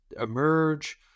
emerge